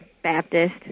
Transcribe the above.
Baptist